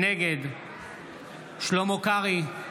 נגד שלמה קרעי,